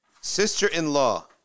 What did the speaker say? Sister-in-law